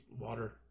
water